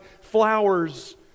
flowers